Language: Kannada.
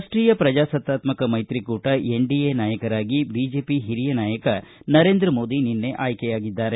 ರಾಷ್ಷೀಯ ಪ್ರಜಾಸತ್ತಾತ್ಮಕ ಮೈತ್ರಿಕೂಟ ಎನ್ಡಿಎ ನಾಯಕರಾಗಿ ಬಿಜೆಪಿ ಹಿರಿಯ ನಾಯಕ ನರೇಂದ್ರ ಮೋದಿ ನಿನ್ನೆ ಆಯ್ಕೆಯಾಗಿದ್ದಾರೆ